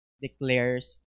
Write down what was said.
declares